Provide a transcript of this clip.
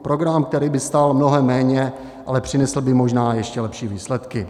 Program, který by stál mnohem méně, ale přinesl by možná ještě lepší výsledky.